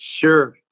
Sure